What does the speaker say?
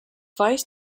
vice